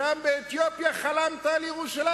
שם, באתיופיה, חלמת על ירושלים.